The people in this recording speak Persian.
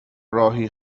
راهی